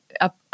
up